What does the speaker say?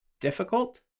difficult